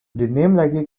likely